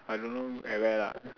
I don't know at where lah